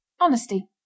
Honesty